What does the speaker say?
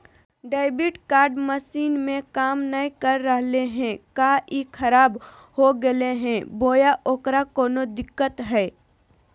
Debit card machine में काम नाय कर रहले है, का ई खराब हो गेलै है बोया औरों कोनो दिक्कत है?